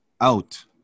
Out